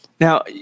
now